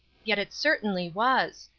yet it certainly was.